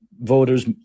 voters